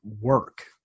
work